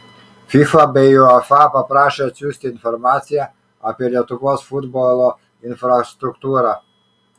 fifa bei uefa paprašė atsiųsti informaciją apie lietuvos futbolo infrastruktūrą